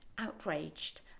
outraged